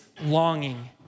longing